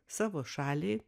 savo šaliai